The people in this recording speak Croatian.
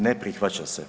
Ne prihvaća se.